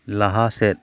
ᱞᱟᱦᱟ ᱥᱮᱫ